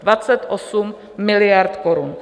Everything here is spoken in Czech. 28 miliard korun!